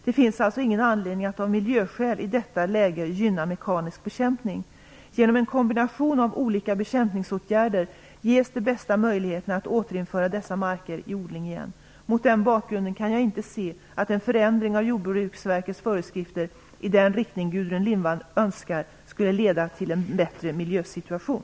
Det finns alltså ingen anledning att av miljöskäl i detta läge gynna mekanisk bekämpning. Genom en kombination av olika bekämpningsåtgärder ges de bästa möjligheterna att återföra dessa marker i odling igen. Mot den bakgrunden kan jag inte se att en förändring av Jordbruksverkets föreskrifter i den riktning Gudrun Lindvall önskar skulle leda till en bättre miljösituation.